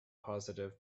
positive